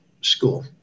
school